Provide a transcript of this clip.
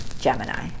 Gemini